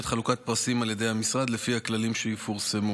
חלוקת פרסים על ידי המשרד לפי הכללים שיפורסמו.